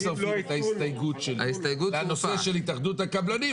מצרפים את ההסתייגות שלי לנושא של התאחדות הקבלנים,